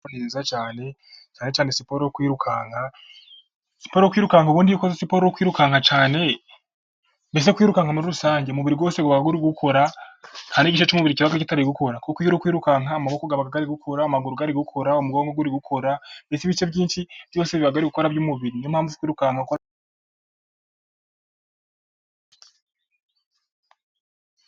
Siporo ni nziza cyane, cyane cyane siporo yo kwirukanka , siporo yo kwirukanka ubundi iyo ukoze siporo yo kwirukanka cyane, mbese kwirukanka muri rusange umubiri wose uba uri gukora nta n'igice cy'umubiri kiba kitari gukora, kuko iyo uri kwirukanka amaboko aba ari gukora, amaguru ari gukora, umugongo uri gukora, ndetse ibice byinshi byose biba biri gukora by'umubiri niyo mpamvu kwirukanka ari byiza.